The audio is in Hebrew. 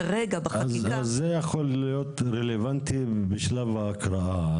כרגע בחקיקה -- אז זה יכול להיות רלוונטי בשלב ההקראה.